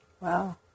Wow